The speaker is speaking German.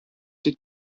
die